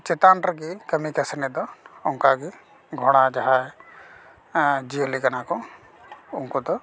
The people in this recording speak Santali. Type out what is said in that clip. ᱪᱮᱛᱟᱱ ᱨᱮᱜᱮ ᱠᱟᱢᱤ ᱠᱟᱥᱱᱤ ᱫᱚ ᱚᱝᱠᱟᱜᱮ ᱜᱷᱚᱬᱟ ᱡᱟᱦᱟᱸᱭ ᱡᱤᱭᱟᱹᱞᱤ ᱠᱟᱱᱟᱠᱚ ᱩᱱᱠᱩ ᱫᱚ